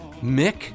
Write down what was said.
Mick